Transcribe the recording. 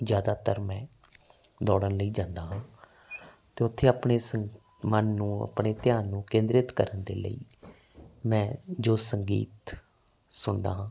ਜਿਆਦਾਤਰ ਮੈਂ ਦੌੜਨ ਲਈ ਜਾਂਦਾ ਹਾਂ ਤੇ ਉੱਥੇ ਆਪਣੇ ਸੰ ਮਨ ਨੂੰ ਆਪਣੇ ਧਿਆਨ ਨੂੰ ਕੇਂਦਰਿਤ ਕਰਨ ਦੇ ਲਈ ਮੈਂ ਜੋ ਸੰਗੀਤ ਸੁਣਦਾ ਹਾਂ